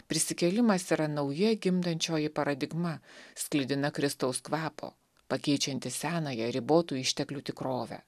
prisikėlimas yra nauja gimdančioji paradigma sklidina kristaus kvapo pakeičianti senąją ribotų išteklių tikrovę